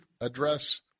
address